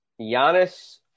Giannis